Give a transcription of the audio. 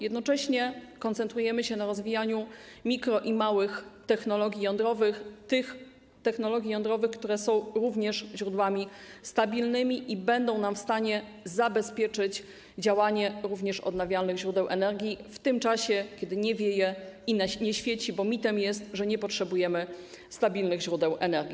Jednocześnie koncentrujemy się na rozwijaniu mikro- i małych technologii jądrowych, tych technologii jądrowych, które są również źródłami stabilnymi i będą w stanie zabezpieczyć działanie odnawialnych źródeł energii również w tym czasie, gdy nie wieje i nie świeci, bo mitem jest, że nie potrzebujemy stabilnych źródeł energii.